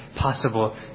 possible